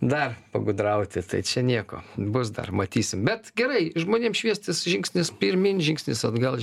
dar pagudrauti tai čia nieko bus dar matysim bet gerai žmonėm šviestis žingsnis pirmyn žingsnis atgal